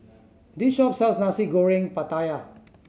this shop sells Nasi Goreng Pattaya